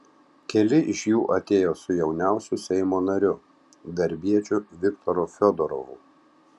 keli iš jų atėjo su jauniausiu seimo nariu darbiečiu viktoru fiodorovu